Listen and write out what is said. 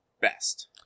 best